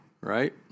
right